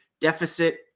deficit